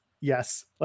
Yes